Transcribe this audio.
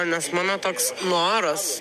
nes mano toks noras